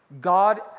God